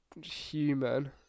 human